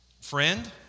friend